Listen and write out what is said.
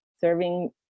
serving